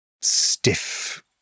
stiff